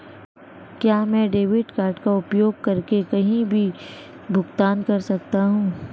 क्या मैं debit card का उपयोग करके कहीं भी भुगतान कर सकता हूं?